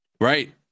Right